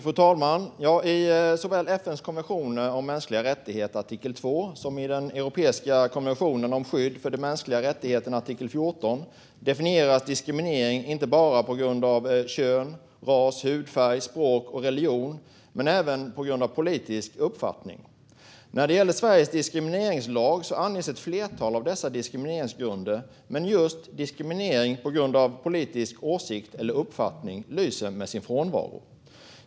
Fru talman! I såväl FN:s konventioner för mänskliga rättigheter, artikel 2, som i europeiska konventionen om skydd för de mänskliga rättigheterna, artikel 14, definieras diskriminering inte bara på grund av kön, ras, hudfärg, språk och religion utan även på grund av politisk uppfattning. I Sveriges diskrimineringslag anges ett flertal av dessa diskrimineringsgrunder, men just diskriminering på grund av politisk åsikt eller uppfattning lyser med sin frånvaro.